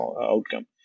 outcome